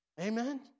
Amen